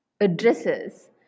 addresses